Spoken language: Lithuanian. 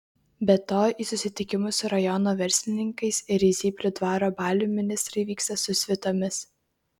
be to į susitikimus su rajono verslininkais ir į zyplių dvaro balių ministrai vyksta su svitomis